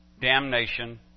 damnation